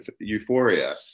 euphoria